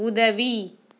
உதவி